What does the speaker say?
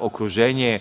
okruženje,